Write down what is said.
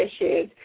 issues